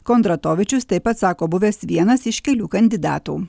kondratovičius taip pat sako buvęs vienas iš kelių kandidatų